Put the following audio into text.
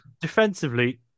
Defensively